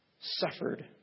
suffered